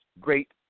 Great